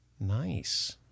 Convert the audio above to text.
Nice